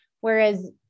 Whereas